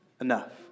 enough